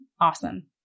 awesome